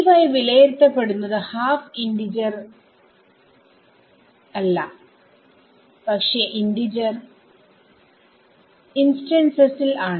Ey വിലയിരുത്തപ്പെടുന്നത് half ഇന്റിജറിൽ അല്ല പക്ഷെ ഇന്റിജർ ഇൻസ്റ്റൻസസിൽആണ്